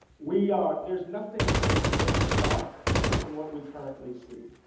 we are, there's nothing more stark than what we currently see.